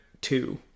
two